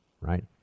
Right